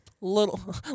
Little